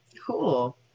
cool